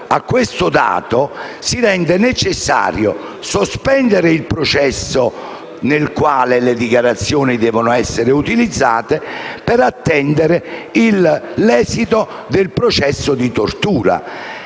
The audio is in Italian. a questo dato, si rende necessario sospendere il processo nel quale le dichiarazioni devono essere utilizzate per attendere l'esito del processo sulla tortura.